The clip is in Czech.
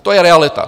To je realita.